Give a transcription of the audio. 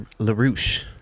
LaRouche